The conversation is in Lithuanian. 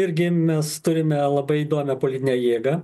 irgi mes turime labai įdomią politinę jėgą